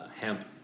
hemp